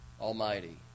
Almighty